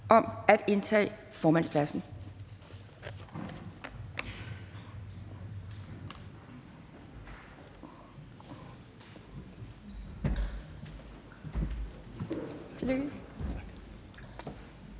om at indtage formandspladsen.